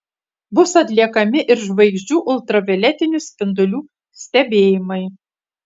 bus atliekami ir žvaigždžių ultravioletinių spindulių stebėjimai